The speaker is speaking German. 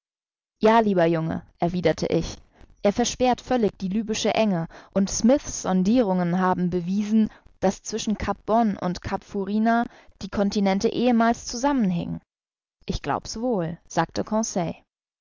ja lieber junge erwiderte ich er versperrt völlig die lybische enge und smith's sondirungen haben bewiesen daß zwischen cap bon und cap furina die continente ehemals zusammen hingen ich glaub's wohl sagte